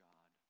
God